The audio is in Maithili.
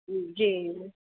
जी